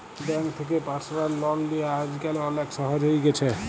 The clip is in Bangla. ব্যাংক থ্যাকে পার্সলাল লল লিয়া আইজকাল অলেক সহজ হ্যঁয়ে গেছে